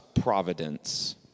providence